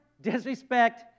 disrespect